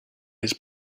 his